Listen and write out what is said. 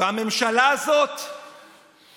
והממשלה הזאת